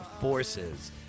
Forces